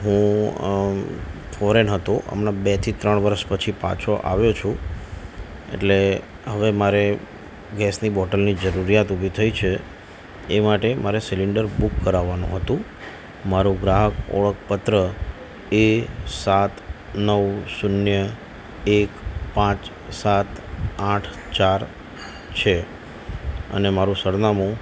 હું ફોરેન હતો હમણા બે થી ત્રણ વર્ષ પછી પાછો આવ્યો છું એટલે હવે મારે ગેસની બોટલની જરૂરિયાત ઉભી થઈ છે એ માટે મારે સિલિન્ડર બુક કરાવવાનું હતું મારું ગ્રાહક ઓળખપત્ર એ સાત નવ શૂન્ય એક પાંચ સાત આઠ ચાર છે અને મારું સરનામું